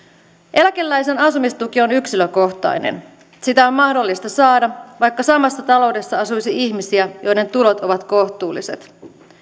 eläkeläisen asumistuki on yksilökohtainen sitä on mahdollista saada vaikka samassa taloudessa asuisi ihmisiä joiden tulot ovat kohtuulliset